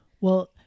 Well-